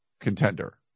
contender